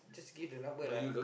just give the number like